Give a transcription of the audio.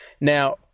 now